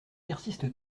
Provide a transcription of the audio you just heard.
persiste